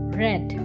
red